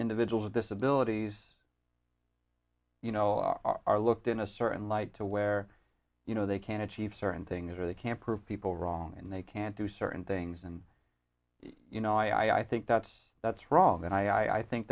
individuals with disabilities you know are looked in a certain light to where you know they can achieve certain things or they can prove people wrong and they can't do certain things and you know i i think that's that's wrong and i i think